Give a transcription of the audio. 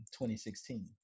2016